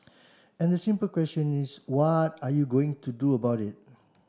and the simple question is what are you going to do about it